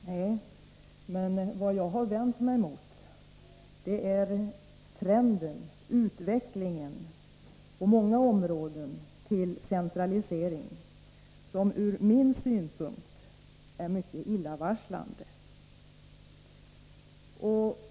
Nej, men vad jag har vänt mig emot är utvecklingen på många områden mot centralisering, som ur min synvinkel är mycket illavarslande.